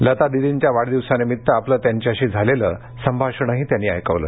लता दिदिंच्या वाढदिवसानिमित्त आपलं त्यांच्याशी झालेलं संभाषणही त्यांनी ऐकवलं